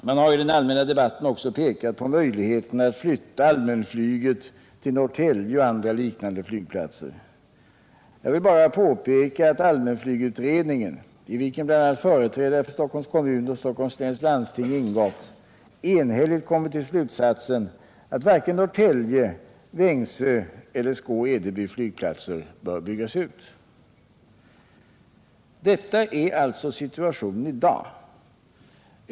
Man har i den allmänna debatten också pekat på möjligheten att flytta allmänflyget till Norrtälje och andra liknande flygplatser. Jag vill endast påpeka att allmänflygutredningen — i vilken bl.a. företrädare för Stockholms kommun och Stockholms läns landsting ingått — enhälligt kommit till slutsatsen att varken Norrtälje, Vängsö eller Skå-Edeby flygplatser Nr 52 bör byggas ut. Detta är alltså situationen i dag.